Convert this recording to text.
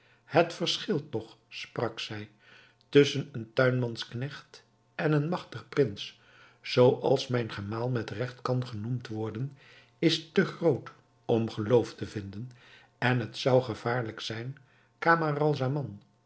het verschil toch sprak zij tusschen een tuinmansknecht en een magtigen prins zooals mijn gemaal met regt kan genoemd worden is te groot om geloof te vinden en het zou gevaarlijk zijn